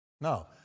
No